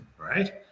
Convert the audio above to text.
right